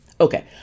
Okay